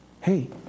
Hey